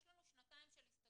יש לנו שנתיים של הסתגלות,